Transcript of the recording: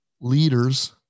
Leaders